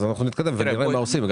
אנחנו נתקדם ונראה מה עושים.